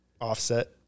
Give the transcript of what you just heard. offset